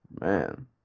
Man